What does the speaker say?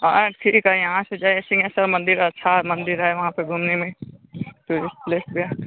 हाँ ठीक है यहाँ से जाइए सिंहेस्वर मंदिर अच्छा मंदिर है वहाँ पर घूमने में टूरिस्ट प्लेस भी है